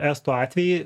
estų atvejį